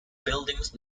buildings